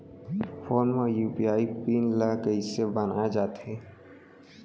Phone म UPI pin ल कइसे बनाये जाथे?